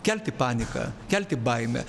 kelti paniką kelti baimę